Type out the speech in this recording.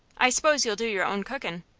i s'pose you'll do your own cookin'?